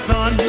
Sun